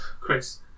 chris